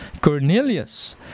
Cornelius